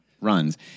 runs